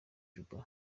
juba